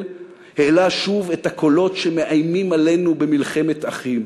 העלה שוב את הקולות שמאיימים עלינו במלחמת אחים.